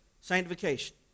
sanctification